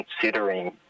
considering